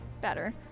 Better